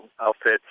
outfit